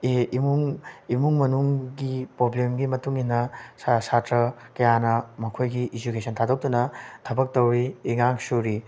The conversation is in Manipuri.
ꯏꯃꯨꯡ ꯏꯃꯨꯡ ꯃꯅꯨꯡꯒꯤ ꯄ꯭ꯔꯣꯕ꯭ꯂꯦꯝꯒꯤ ꯃꯇꯨꯡ ꯏꯟꯅ ꯁꯥꯇ꯭ꯔ ꯀꯌꯥꯅ ꯃꯈꯣꯏꯒꯤ ꯏꯖꯨꯀꯦꯁꯟ ꯊꯥꯗꯣꯛꯇꯨꯅ ꯊꯕꯛ ꯇꯧꯔꯤ ꯏꯟꯈꯥꯡ ꯁꯨꯔꯤ